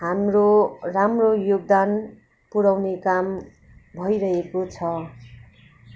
हाम्रो राम्रो योगदान पुऱ्याउने काम भइरहेको छ